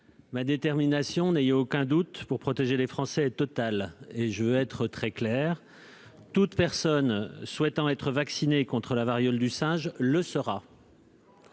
ma détermination à protéger les Français est totale. Je veux être très clair : toute personne souhaitant être vaccinée contre la variole du singe le sera.